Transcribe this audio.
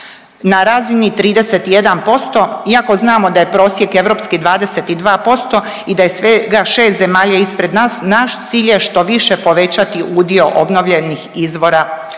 na razini 31%, iako znamo da je prosjek europski 22% i da je svega 6 zemalja ispred nas, naš cilj je što više povećati udio obnovljenih izvora